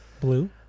Blue